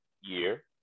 year